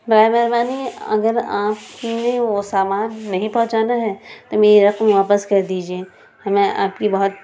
اگر آپ نے وہ سامان نہیں پہنچانا ہے تو میرا واپس کر دیجیے ہمیں آپ کی بہت